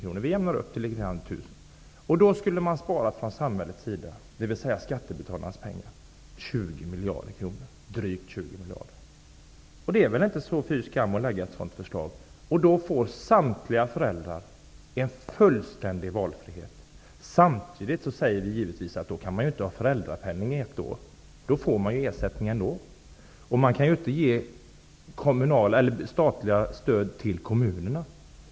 Vi jämnar ut summan till 1 000 kr. Om man gjorde så här skulle samhället, dvs. skattebetalarna, spara drygt 20 miljarder kronor. Det är väl inte fy skam att lägga fram ett sådant förslag? Samtliga föräldrar skulle få en fullständig valfrihet. Vi säger givetvis att familjerna inte samtidigt skall få föräldrapenning i ett år. De får ju ersättning ändå. Man kan inte ge statliga stöd till kommunerna.